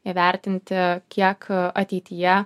įvertinti kiek ateityje